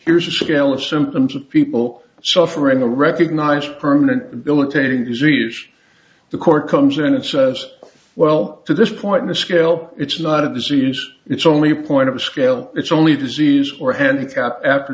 here's a scale of symptoms of people suffering a recognized permanent belittling disease the court comes in and says well to this point in the scale it's not a disease it's only a point of a scale it's only disease or handicap a